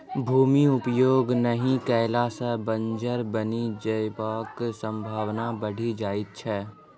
भूमि उपयोग नहि कयला सॅ बंजर बनि जयबाक संभावना बढ़ि जाइत छै